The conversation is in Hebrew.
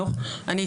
ידיים.